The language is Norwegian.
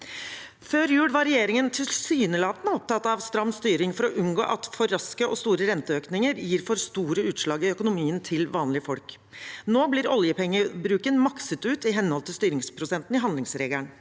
Før jul var regjeringen tilsynelatende opptatt av stram styring for å unngå at for raske og store renteøkninger ga for store utslag i økonomien til vanlige folk. Nå blir oljepengebruken makset ut i henhold til styringsprosenten i handlingsregelen,